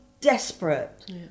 desperate